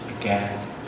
again